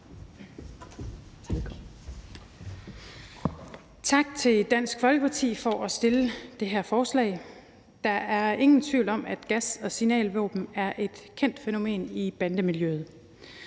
Tak til Dansk Folkeparti for at fremsætte det her forslag. Der er ingen tvivl om, at gas- og signalvåben er et kendt fænomen i bandemiljøet.